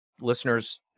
listeners